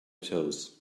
toes